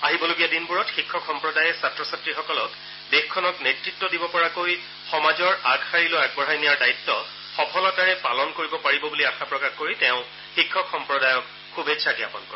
আহিবলগীয়া দিনবোৰত শিক্ষক সম্প্ৰদায়ে ছাত্ৰ ছাত্ৰীসকলক দেশখনক নেতৃত্ব দিব পৰাকৈ সমাজৰ আগশাৰীলৈ আগবঢ়াই নিয়াৰ দায়িত্ব সফলতাৰে পালন কৰিব পাৰিব বুলি আশা প্ৰকাশ কৰি তেওঁ শিক্ষক সম্প্ৰদায়ক শুভেচ্ছা জাপন কৰে